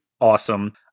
awesome